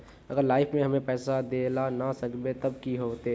अगर लाइफ में हैम पैसा दे ला ना सकबे तब की होते?